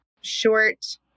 short